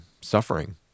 suffering